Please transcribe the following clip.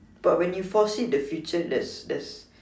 but when you foresee the future there's there's